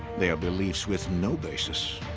they are beliefs with no basis.